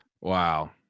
Wow